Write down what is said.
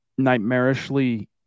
nightmarishly –